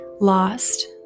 lost